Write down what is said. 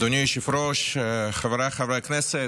אדוני היושב-ראש, חבריי חברי הכנסת,